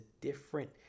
different